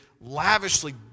lavishly